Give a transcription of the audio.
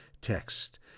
text